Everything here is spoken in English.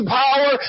power